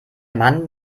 mann